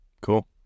Cool